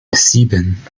sieben